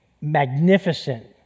magnificent